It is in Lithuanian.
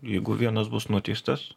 jeigu vienas bus nuteistas